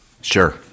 sure